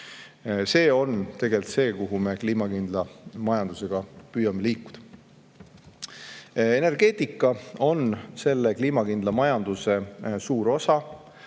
See on tegelikult see suund, kuhu poole me kliimakindla majandusega püüame liikuda. Energeetika on selle kliimakindla majanduse suur osa,